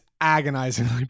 agonizingly